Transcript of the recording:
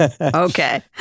Okay